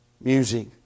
music